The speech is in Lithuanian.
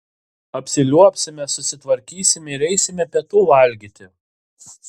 apsiliuobsime susitvarkysime ir eisime pietų valgyti